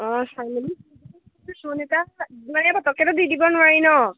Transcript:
অঁ চাই মেলি লোন এটা ইমানে পটকে দি দিব নোৱাৰি ন